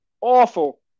awful